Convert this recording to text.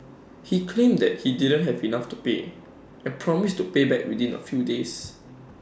he claimed that he didn't have enough to pay and promised to pay back within A few days